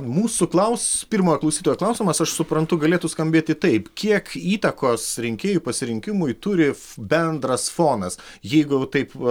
mūsų klaus pirmojo klausytojo klausimas aš suprantu galėtų skambėti taip kiek įtakos rinkėjų pasirinkimui turi bendras fonas jeigu taip